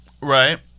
Right